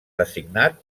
designat